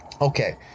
Okay